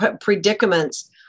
predicaments